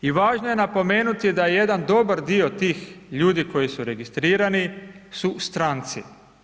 I važno je napomenuti da jedan dobar dio tih ljudi koji su registrirani su stranci.